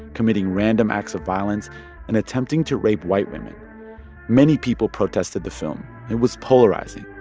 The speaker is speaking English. committing random acts of violence and attempting to rape white women many people protested the film. it was polarizing,